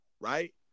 right